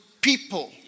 people